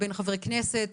חברי כנסת,